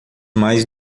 mais